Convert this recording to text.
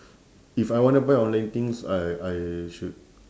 if I wanna buy online things I I should